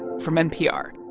from npr